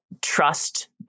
trust